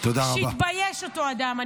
שיתבייש אותו אדם.